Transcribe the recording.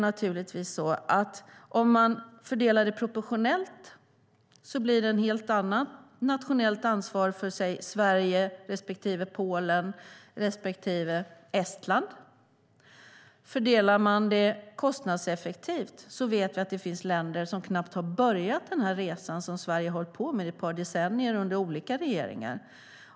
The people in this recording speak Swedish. Om det fördelas proportionellt blir det ett helt annat nationellt ansvar för till exempel Sverige, respektive Polen, respektive Estland. Om ansvaret fördelas kostnadseffektivt vet vi att det finns länder som knappt har börjat resan som Sverige har hållit på med ett par decennier under olika regeringar.